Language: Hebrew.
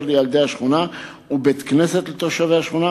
לילדי השכונה ובית-כנסת לתושבי השכונה,